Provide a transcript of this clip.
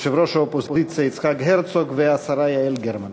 יושב-ראש האופוזיציה יצחק הרצוג והשרה יעל גרמן.